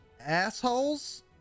assholes